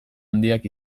handiak